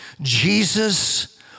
Jesus